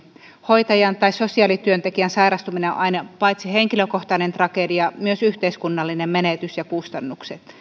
hoitajan tai sosiaalityöntekijän sairastuminen on aina paitsi henkilökohtainen tragedia myös yhteiskunnallinen menetys ja